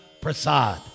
Prasad